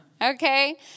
okay